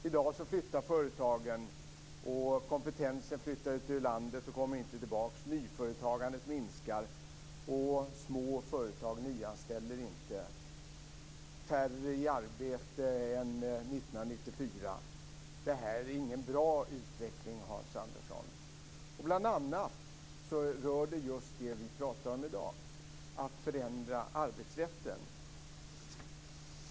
I dag flyttar företagen, och kompetensen flyttar ut ur landet och kommer inte tillbaka. Nyföretagandet minskar, och små företag nyanställer inte. Färre är i arbete än 1994. Det här är ingen bra utveckling, Hans Andersson. Det rör bl.a. just det vi pratar om i dag, dvs. att förändra arbetsrätten.